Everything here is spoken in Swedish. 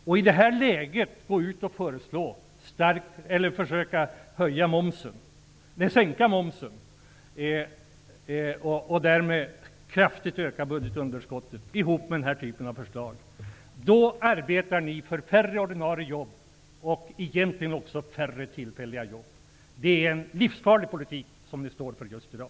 Att i det här läget sänka momsen skulle, tillsammans med den här typen av förslag, innebära kraftigt ökat budgetunderskott och färre ordinarie jobb, och egentligen också färre tillfälliga jobb. Det är en livsfarlig politik som ni står för i dag.